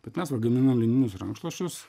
bet mes va gaminam lininius rankšluosčius